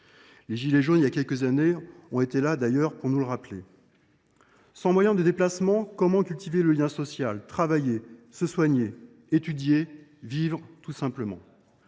quelques années, les « gilets jaunes » ont été là pour nous le rappeler. Sans moyen de déplacement, comment cultiver le lien social, travailler, se soigner, étudier, vivre tout simplement ?